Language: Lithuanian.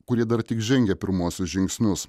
kurie dar tik žengia pirmuosius žingsnius